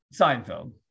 Seinfeld